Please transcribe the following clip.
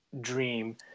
dream